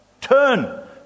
Turn